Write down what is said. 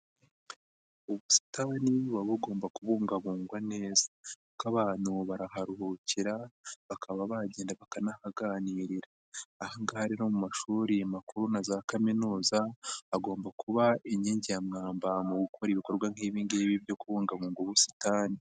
Ubusitani buba bugomba kubungabungwa neza kuko abantu baraharuhukira, bakaba bagenda bakanahaganirira, aha ngaha rero mu mashuri makuru na za kaminuza, agomba kuba inkingi ya mwamba mu gukora ibikorwa nk'ibi ngibi byo kubungabunga ubusitani.